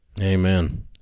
amen